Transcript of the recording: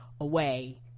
away